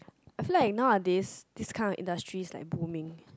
I feel like nowadays this kind of industries like booming